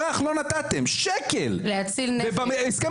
שנוצרים, שאתם אשמים בהם, ובחוסר